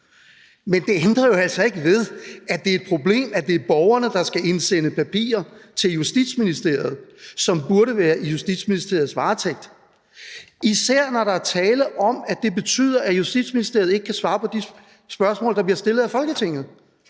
men det ændrer jo altså ikke ved, at det er et problem, at det er borgerne, der skal indsende papirer til Justitsministeriet, som burde være i Justitsministeriets varetægt, især når der er tale om, at det betyder, at Justitsministeriet ikke kan svare på de spørgsmål, der bliver stillet af Folketinget.